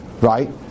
right